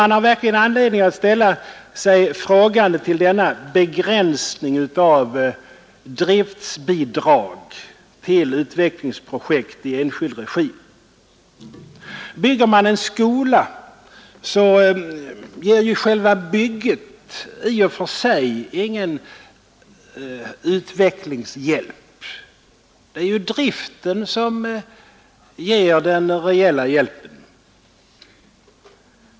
Man har verkligen anledning ställa sig frågande till denna begränsning av driftbidrag till utvecklingsprojekt i enskild regi. Bygger man en skola så ger ju själva bygget i och för sig ingen utvecklingshjälp. Det är driften som ger den reella hjälpen.